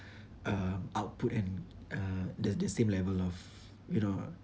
uh output and uh the the same level of you know